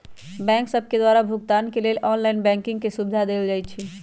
bank सभके द्वारा भुगतान के लेल ऑनलाइन बैंकिंग के सुभिधा देल जाइ छै